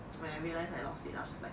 when I realised I lost it just like